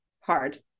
hard